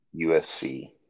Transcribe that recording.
USC